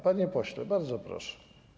Panie pośle, bardzo proszę.